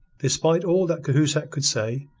despite all that cahusac could say,